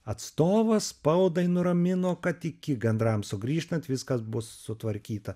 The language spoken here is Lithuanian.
atstovas spaudai nuramino kad iki gandrams sugrįžtant viskas bus sutvarkyta